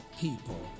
people